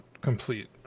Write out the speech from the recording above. complete